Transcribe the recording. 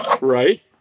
right